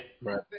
Right